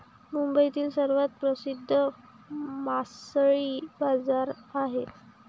मुंबईतील सर्वात प्रसिद्ध मासळी बाजार आहे